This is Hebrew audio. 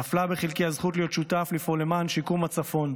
נפלה בחלקי הזכות להיות שותף ולפעול למען שיקום הצפון.